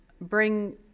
bring